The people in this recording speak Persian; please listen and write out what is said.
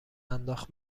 انداخت